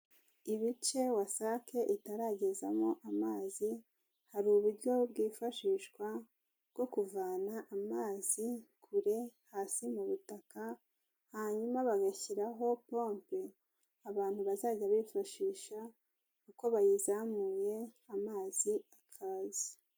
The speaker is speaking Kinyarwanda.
Ibice WASAC itaragezamo amazi, hari uburyo bwifashishwa bwo kuvana amazi kure hasi mu butaka, hanyuma bagashyiraho pompe, abantu bazajya bifashisha, uko bayizamuye amazi akaza.